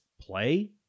play